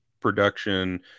production